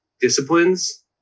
disciplines